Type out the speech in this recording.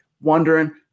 wondering